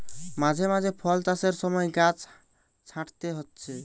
মাঝে মধ্যে ফল চাষের সময় গাছ ছাঁটতে হচ্ছে